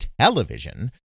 television